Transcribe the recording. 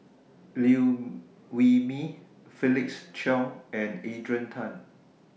Liew Wee Mee Felix Cheong and Adrian Tan